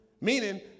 Meaning